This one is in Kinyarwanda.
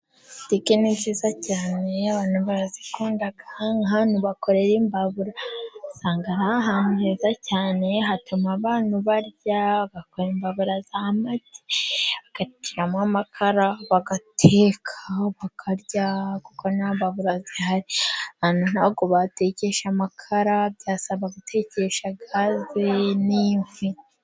Butike ni nziza cyane abantu barazikunda nk'ahantu bakorera imbabura, usanga ari ahantu heza cyane hatuma abantu barya. Bakora imbabura za make, bakazishyiramo amakara, bagateka bakarya, kuko nta mbabura zihari nta bwo batekesha amakara, byasaba gutekesha gaze n'inkwi.